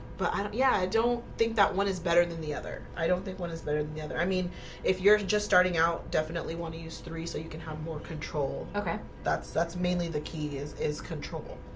but i don't yeah, i don't think that one is better than the other i don't think one is better than the other i mean if you're just starting out definitely want to use three so you can have more control okay, that's that's mainly the key is is control